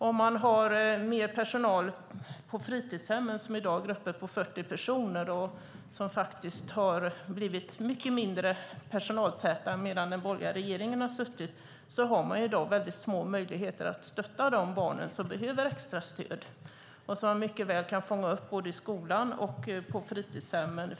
Om man inte har mer personal på fritidshemmen, som i dag har grupper på 40 barn - grupperna har blivit mycket mindre personaltäta under den borgerliga regeringstiden - har man små möjligheter att stötta de barn som behöver extra stöd och som man mycket väl borde kunna fånga upp både i skolan och på fritidshemmen.